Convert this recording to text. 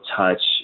touch